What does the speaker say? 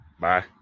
Bye